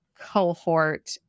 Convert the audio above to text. cohort